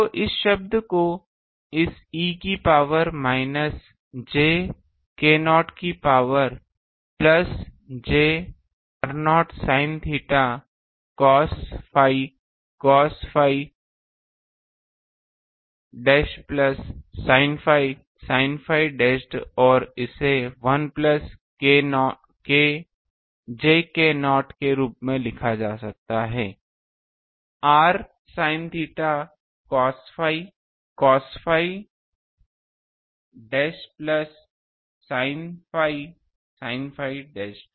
तो इस शब्द को इस e की पावर माइनस jk0 की power plus jk r0 sin theta cos phi cos phi dash plus sin phi sin phi dashed और इसे 1 प्लस j k0 के रूप में लिखा जा सकता है r0 sin theta cos phi cos phi dash plus sin phi sin phi dashed